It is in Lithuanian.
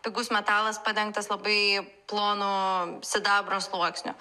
pigus metalas padengtas labai plonu sidabro sluoksniu